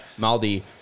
Maldi